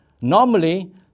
Normally